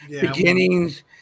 Beginnings